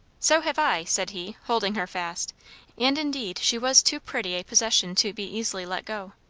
so have i, said he, holding her fast and indeed she was too pretty a possession to be easily let go.